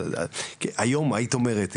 היום היית אומרת,